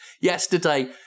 yesterday